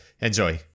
Enjoy